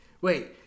wait